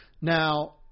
now